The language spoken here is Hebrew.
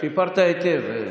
סיפרת היטב.